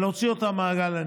ולהוציא אותם ממעגל העניים.